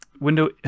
window